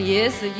Yes